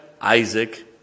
Isaac